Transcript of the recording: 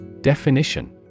Definition